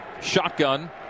shotgun